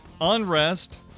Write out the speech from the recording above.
unrest